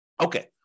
Okay